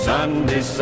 Sunday